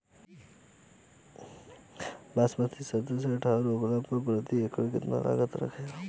बासमती सत्रह से अठारह रोपले पर प्रति एकड़ कितना लागत अंधेरा?